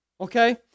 Okay